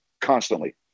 constantly